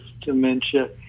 dementia